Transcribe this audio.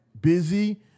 busy